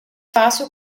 fácil